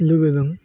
लोगोजों